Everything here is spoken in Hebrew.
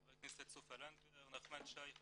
חברת הכנסת סופה לנדבר, חבר הכנסת נחמן שי.